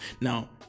now